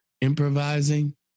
improvising